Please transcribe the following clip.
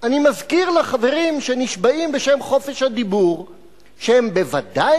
אני מזכיר לחברים שנשבעים בשם חופש הדיבור שהם בוודאי